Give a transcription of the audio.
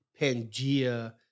Pangea